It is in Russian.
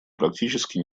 практически